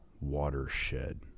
watershed